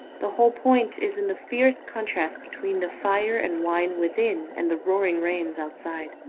the whole point is in the fierce contrast between the fire and wine within and the roaring rains outside.